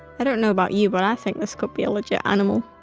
i don't know about you but i think this could be a legit animal